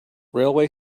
railway